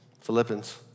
Philippians